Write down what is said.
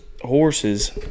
horses